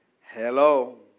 Hello